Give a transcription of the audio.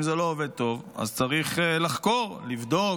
אם זה לא עובד טוב, אז צריך לחקור, לבדוק,